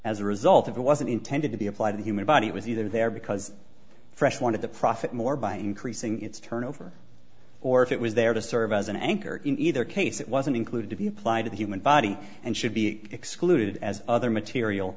as a result if it wasn't intended to be applied in human body it was either there because fresh wanted to profit more by increasing its turnover or if it was there to serve as an anchor in either case it wasn't included to be applied to the human body and should be excluded as other material